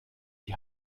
die